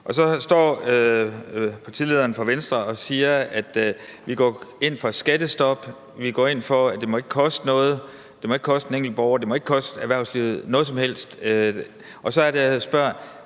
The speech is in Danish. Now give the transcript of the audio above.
Så står partilederen for Venstre og siger, at man går ind for skattestop, at man går ind for, at det ikke må koste noget, at det ikke må koste den enkelte borger og erhvervslivet noget som helst, og så er det, jeg spørger: